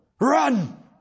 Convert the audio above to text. run